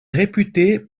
réputé